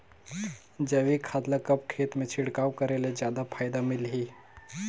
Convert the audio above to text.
जैविक खाद ल कब खेत मे छिड़काव करे ले जादा फायदा मिलही?